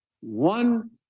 One